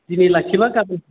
दिनै लाखिबा गाबोन